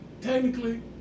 technically